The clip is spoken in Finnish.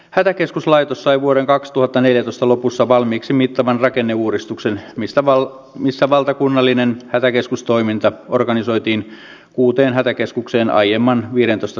yli puolentoista kuukauden jälkeen valtiovarainministeriö joutui myöntämään ettei perustuslakiasiantuntijoilta tai muiltakaan lainsäädännön asiantuntijoilta ole saatu lainkaan kirjallisia lausuntoja